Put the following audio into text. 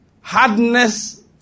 Hardness